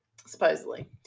supposedly